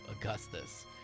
Augustus